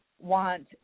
want